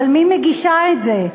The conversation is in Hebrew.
אבל מי מגישה את זה?